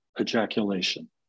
ejaculation